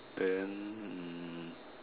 then hmm